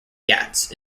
ghats